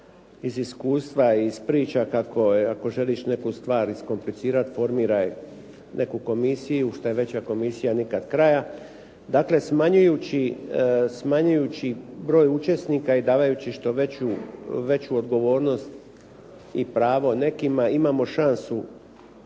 iz iskustva i iz priča ako želiš neku stvar iskomplicirati formiraj neku komisiju, što je veća komisija nikad kraja. Dakle, smanjujući broj učesnika i davajući što veću odgovornost i pravo nekima imamo šansu